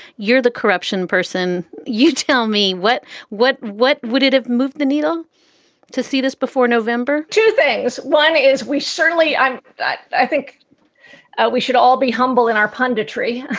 you're the corruption person. you tell me what what what would it have moved the needle to see this before november? two things one is we certainly i i think we should all be humble in our punditry